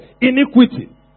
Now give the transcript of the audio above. iniquity